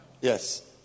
Yes